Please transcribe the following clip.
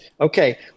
okay